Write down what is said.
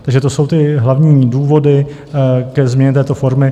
Takže to jsou ty hlavní důvody ke změně této formy.